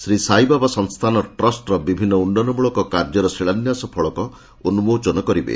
ଶ୍ରୀ ସାଇବାବା ସଂସ୍ଥାନ ଟ୍ରଷ୍ଟ୍ର ବିଭିନ୍ନ ଉନ୍ନୟନମୂଳକ କାର୍ଯ୍ୟର ଶିଳାନ୍ୟାସ ଫଳକ ଉନ୍କୋଚନ କରିବେ